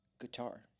guitar